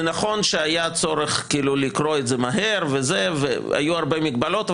זה נכון שהיה צורך לקרוא את זה מהר והיו הרבה מגבלות,